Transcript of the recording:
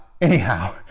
Anyhow